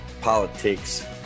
Politics